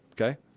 okay